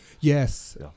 yes